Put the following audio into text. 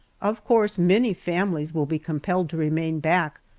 of course many families will be compelled to remain back,